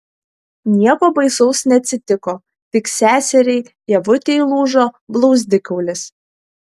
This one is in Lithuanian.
nieko baisaus neatsitiko tik seseriai ievutei lūžo blauzdikaulis